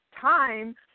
time